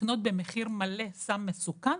לקנות במחיר מלא סם מסוכן,